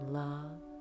love